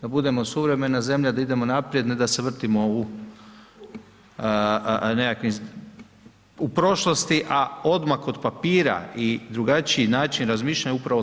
Da budemo suvremena zemlja, da idemo naprijed, ne da se vrtimo u nekakvim u prošlosti, a odmah kod papira i drugačiji način razmišljanja je upravo to.